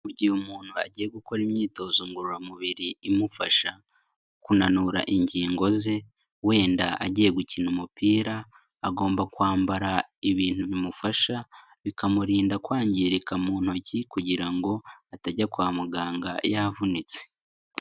Mu gihe umuntu agiye gukora imyitozo ngororamubiri imufasha kunanura ingingo ze, wenda agiye gukina umupira agomba kwambara ibintu bimufasha bikamurinda kwangirika mu ntoki kugira ngo atajya kwa muganga yavunitse.